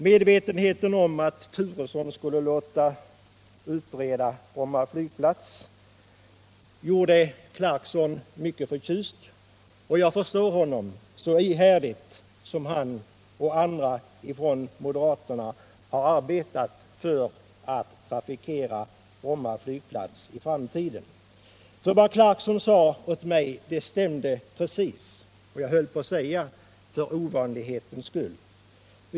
Medvetenheten om att Turesson skulle låta utreda Bromma flygplats gjorde Clarkson mycket förtjust — och jag förstår honom, så ihärdigt som han och andra moderater arbetat för att i framtiden trafikera Bromma flygplats. Vad Clarkson sade åt mig stämde precis — för ovanlighetens skull, höll jag på att säga.